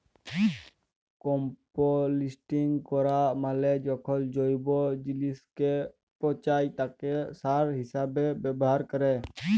composting ক্যরা মালে যখল জৈব জিলিসকে পঁচায় তাকে সার হিসাবে ব্যাভার ক্যরে